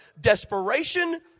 Desperation